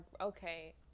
okay